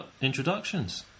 introductions